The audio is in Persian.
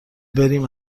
بریم